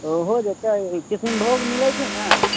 ओ हो जेतै कृष्णभोग मिलैत छै ने